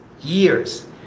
years